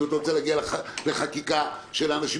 אם אתה רוצה להגיע לחקיקה בעניין האנשים